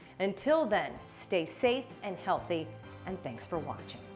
until then, stay safe and healthy and thanks for watching.